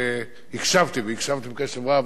והקשבתי בקשב רב לדברים שנאמרו,